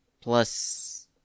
plus